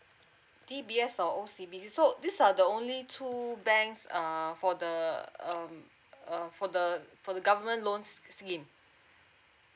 D_B_S or O_C_B_C so these are the only two banks err for the uh um err for the for the government loans scheme